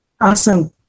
Awesome